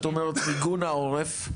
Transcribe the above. את אומרת מיגון העורף,